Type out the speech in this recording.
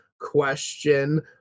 question